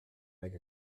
make